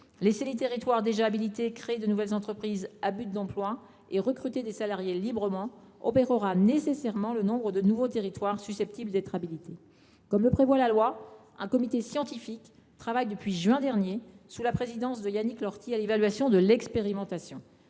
laisser les territoires qui sont déjà habilités créer de nouvelles entreprises à but d’emploi et recruter des salariés librement réduira nécessairement le nombre de nouveaux territoires susceptibles d’être habilités. Comme le prévoit la loi, un comité scientifique travaille depuis juin dernier, sous la présidence de Yannick L’Horty, à l’évaluation de cette expérimentation.